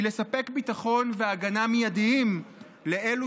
היא לספק ביטחון והגנה מיידיים לאלו